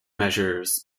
measures